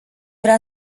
vrea